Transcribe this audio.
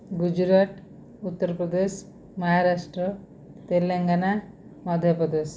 Gujarat Uttar Pradesh Maharashtra Telangana Madhya Pradesh